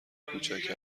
کوچک